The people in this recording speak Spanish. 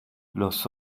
los